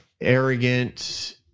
arrogant